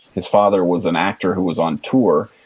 his father was an actor who was on tour.